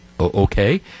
Okay